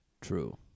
true